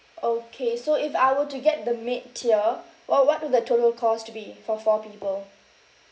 okay so if I were to get the mid tier what what would the total cost be for four people